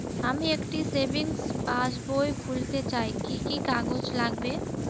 আমি একটি সেভিংস পাসবই খুলতে চাই কি কি কাগজ লাগবে?